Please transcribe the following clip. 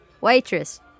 waitress